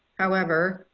however,